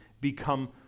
become